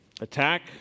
attack